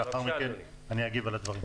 ולאחר מכן אני אגיב על הדברים.